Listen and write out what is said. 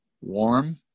warm